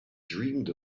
dreamed